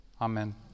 Amen